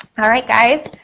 alright, guys.